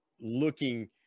looking